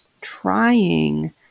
trying